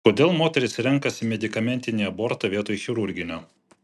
kodėl moterys renkasi medikamentinį abortą vietoj chirurginio